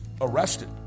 arrested